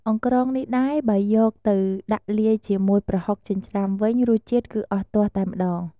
អង្រ្កងនេះដែរ បើយកទៅដាក់លាយជាមួយប្រហុកចិញ្រ្ចាំវិញ រសជាតិគឺអស់ទាស់តែម្ដង។